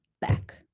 back